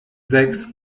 sechs